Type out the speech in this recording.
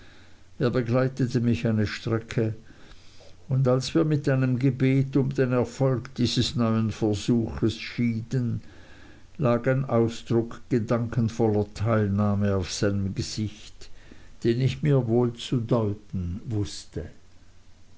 begleitete mich eine strecke und als wir mit einem gebet um den erfolg dieses neuen versuchs schieden lag ein ausdruck gedankenvoller teilnahme auf seinem gesicht den ich mir wohl zu deuten wußte